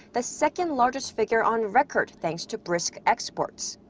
the second largest figure on record, thanks to brisk exports.